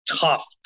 tough